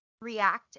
react